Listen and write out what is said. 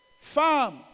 farm